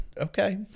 Okay